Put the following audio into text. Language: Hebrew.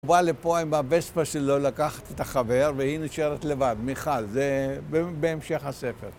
הוא בא לפה עם הווספה שלו לקחת את החבר והיא נשארת לבד, מיכל, זה בהמשך הספר